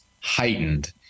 heightened